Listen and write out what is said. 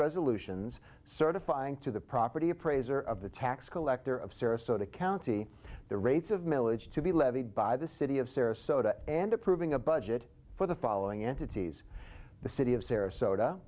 resolutions certifying to the property appraiser of the tax collector of sarasota county the rates of milage to be levied by the city of sarasota and approving a budget for the following into t's the city of sarasota